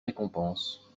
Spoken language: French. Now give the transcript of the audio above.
récompense